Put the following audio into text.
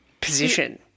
position